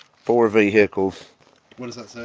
four vehicles what does that say